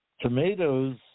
Tomatoes